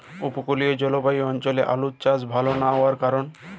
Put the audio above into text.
উপকূলীয় জলবায়ু অঞ্চলে আলুর চাষ ভাল না হওয়ার কারণ?